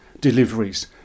deliveries